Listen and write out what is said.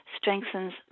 strengthens